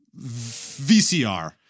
VCR